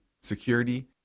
security